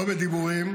לא בדיבורים,